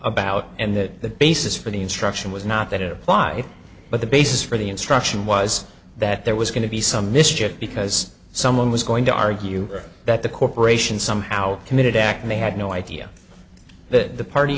about and that the basis for the instruction was not that it apply but the basis for the instruction was that there was going to be some mischief because someone was going to argue that the corporation somehow committed acme had no idea that the party